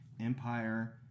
Empire